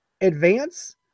advance